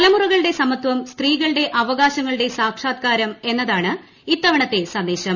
തലമുറകളുടെ സമത്പം സ്ത്രീകളുടെ അവകാശങ്ങളുടെ സാക്ഷാത്കാരം എന്നതാണ് ഇത്തവണത്തെ സന്ദേശം